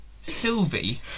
Sylvie